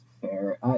fair